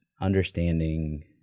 understanding